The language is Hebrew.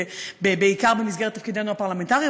בעיקר במסגרת תפקידנו הפרלמנטרי,